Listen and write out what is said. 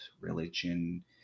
religion